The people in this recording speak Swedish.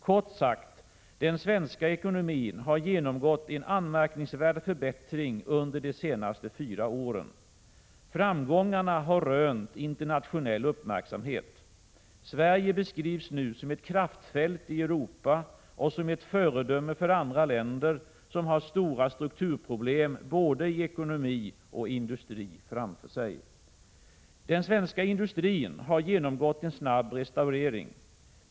Kort sagt: Den svenska ekonomin har genomgått en anmärkningsvärd förbättring under de senaste fyra åren. Framgångarna har rönt internationell uppmärksamhet. Sverige beskrivs nu som ett kraftfält i Europa och som ett föredöme för andra länder, som har stora strukturproblem i både ekonomi och industri framför sig. Den svenska industrin har genomgått en snabb restaurering.